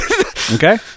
Okay